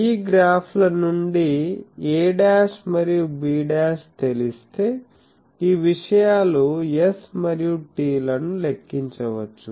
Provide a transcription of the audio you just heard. ఈ గ్రాఫ్ల నుండి a' మరియు b' తెలిస్తే ఈ విషయాలు s మరియు t లను లెక్కించవచ్చు